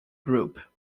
group